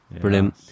Brilliant